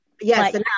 yes